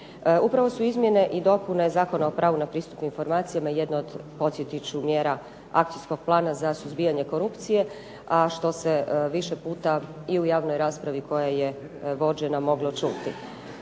Upravo su izmjene i dopune Zakona o pravu na pristup informacijama na jednu od podsjetit ću mjera akcijskom plana za suzbijanje korupcije. A što se više puta i u javnoj raspravi koja je vođena moglo čuti.